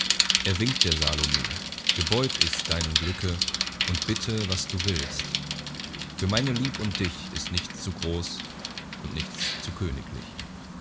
er winkt der salome gebeut itzt deinem glücke und bitte was du willst für meine lieb und dich ist nichts zu groß und nichts zu königlich